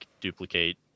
duplicate